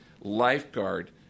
lifeguard